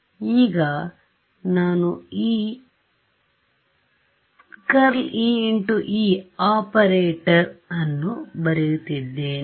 ಈಗ ನಾನು ಈ ∇e × E ಆಪರೇಟರ್ ಅನ್ನು ಬರೆಯುತ್ತಿದ್ದೇನೆ